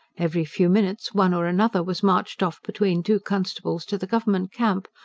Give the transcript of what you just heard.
every few minutes one or another was marched off between two constables to the government camp,